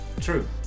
true